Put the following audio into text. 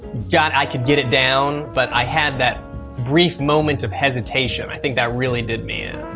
god, i could get it down. but i had that brief moment of hesitation. i think that really did me in.